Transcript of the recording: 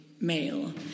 male